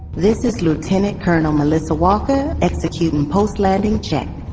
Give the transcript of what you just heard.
this is lieutenant colonel melissa walker, executing post-landing check.